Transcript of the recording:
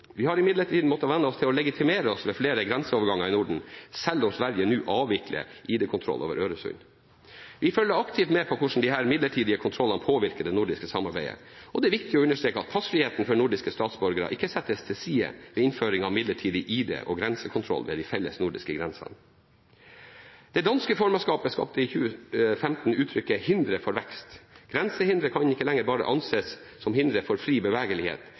Vi har imidlertid måttet venne oss til å legitimere oss ved flere grenseoverganger i Norden, selv om Sverige nå avvikler ID-kontrollen over Øresund. Vi følger aktivt med på hvordan disse midlertidige kontrollene påvirker det nordiske samarbeidet. Og det er viktig å understreke at passfriheten for nordiske statsborgere ikke settes til side ved innføring av midlertidige ID- og grensekontroller ved de felles nordiske grensene. Det danske formannskapet skapte i 2015 uttrykket «hindre for vekst». Grensehindre kan ikke lenger bare anses som hindre for fri bevegelighet,